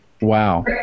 Wow